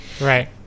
Right